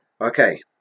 Okay